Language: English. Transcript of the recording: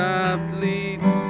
athletes